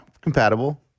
compatible